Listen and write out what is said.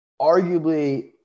arguably